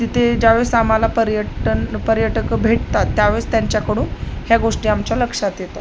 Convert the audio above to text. तिथे ज्यावेळेस आम्हाला पर्यटन पर्यटक भेटतात त्यावेळेस त्यांच्याकडून ह्या गोष्टी आमच्या लक्षात येतात